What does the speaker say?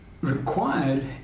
required